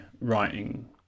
writing